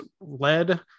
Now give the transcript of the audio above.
led